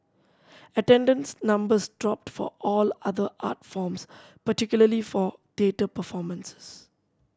attendance numbers dropped for all other art forms particularly for theatre performances